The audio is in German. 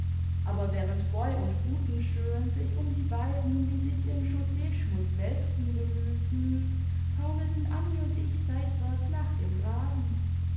aber während boy und butenschön sich um die beiden die sich im chausseesdhmutz wälzten bemühten taumelten aimi und ich seitwärts nach dem graben